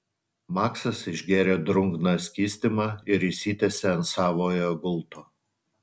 maksas išgėrė drungną skystimą ir išsitiesė ant savojo gulto